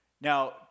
Now